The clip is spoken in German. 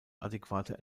adäquate